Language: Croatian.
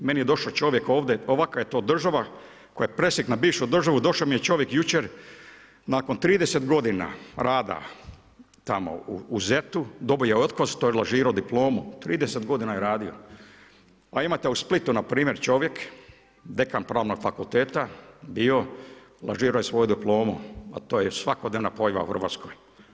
Meni je došao čovjek ovdje, kakva je to država koja je preslika na bivšu državu, došao mi je čovjek jučer nakon 30 godina rada tamo u ZET-u, dobio je otkaz što je lažirao diplomu, 30 godina je radio, a imate u Splitu npr. čovjek dekan Pravnog fakulteta bio, lažirao je svoju diplomu, a to je svakodnevna pojava u Hrvatskoj.